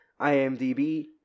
IMDb